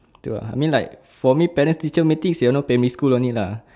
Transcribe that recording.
do ah I mean like for me parents teacher meeting you know primary school only lah